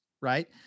right